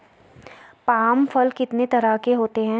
Palm फल कितनी तरह के होते हैं?